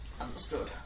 understood